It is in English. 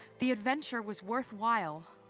the adventure was worthwhile.